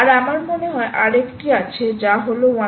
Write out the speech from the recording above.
আর আমার মনে হয় আরেকটি আছে যা হলো 168